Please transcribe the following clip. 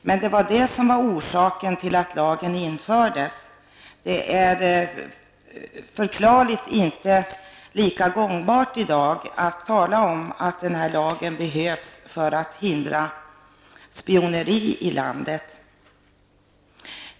Men det var just risken för spioneri som var orsak till att lagen stiftades. Förklarligt nog är det i dag inte lika gångbart att tala om att denna lag behövs för att förhindra spioneri i landet.